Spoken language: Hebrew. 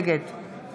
נגד